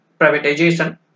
Privatization